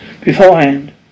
beforehand